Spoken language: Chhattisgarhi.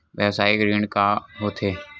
व्यवसायिक ऋण का होथे?